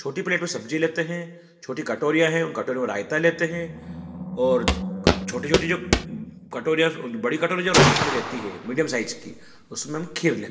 छोटी प्लेट में सब्ज़ी लेते हैं छोटी कटोरियाँ हैं उन कटोरियों में रायता लेते हैं और छोटी छोटी जो कटोरियाँ बड़ी कटोरियाँ जो रे थोड़ी रेहती हैं मिडल साइज की उसमें हम खीर लेते हैं